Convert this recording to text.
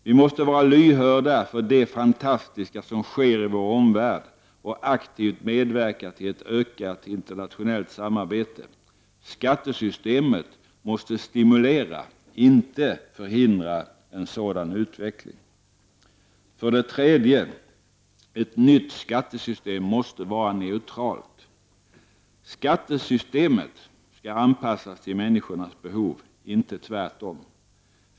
Vi måste vara lyhörda för det fantastiska som sker i vår omvärld och aktivt medverka till ett ökat internationellt samarbete. Skattesystemet måste stimulera och inte förhindra en sådan utveckling. För det tredje: Ett nytt skattesystem måste vara neutralt. Skattesystemet skall anpassas till människornas behov — inte tvärtom.